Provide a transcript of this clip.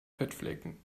fettflecken